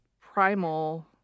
primal